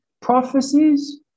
prophecies